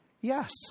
Yes